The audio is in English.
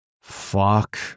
Fuck